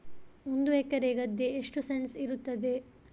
ಒಂದು ಎಕರೆ ಗದ್ದೆ ಎಷ್ಟು ಸೆಂಟ್ಸ್ ಇರುತ್ತದೆ?